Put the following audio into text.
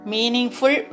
Meaningful